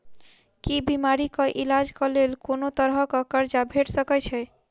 की बीमारी कऽ इलाज कऽ लेल कोनो तरह कऽ कर्जा भेट सकय छई?